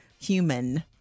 human